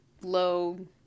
low